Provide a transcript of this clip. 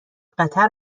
قطر